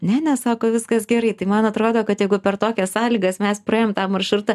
ne ne sako viskas gerai tai man atrodo kad jeigu per tokias sąlygas mes praėjom tą maršrutą